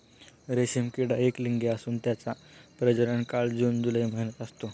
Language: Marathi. रेशीम किडा एकलिंगी असून त्याचा प्रजनन काळ जून जुलै महिन्यात असतो